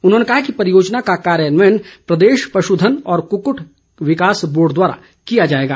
उन्होंने कहा कि परियोजना का कार्यान्वयन प्रदेश पश् धन और कुक्कूट विकास बोर्ड द्वारा किया जाएगा